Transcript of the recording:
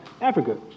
Africa